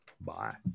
Bye